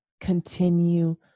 continue